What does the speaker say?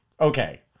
okay